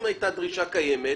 אם הייתה דרישה קיימת,